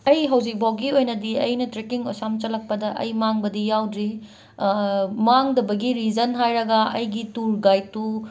ꯑꯩ ꯍꯧꯖꯤꯛꯐꯧꯒꯤ ꯑꯣꯏꯅꯗꯤ ꯑꯩꯅ ꯇ꯭ꯔꯦꯀꯤꯡ ꯑꯁꯨꯌꯥꯝ ꯆꯠꯂꯛꯄꯗ ꯑꯩ ꯃꯥꯡꯕꯗꯤ ꯌꯥꯎꯗ꯭ꯔꯤ ꯃꯥꯡꯗꯕꯒꯤ ꯔꯤꯖꯟ ꯍꯥꯏꯔꯒ ꯑꯩꯒꯤ ꯇꯨꯔ ꯒꯥꯏꯠꯇꯨ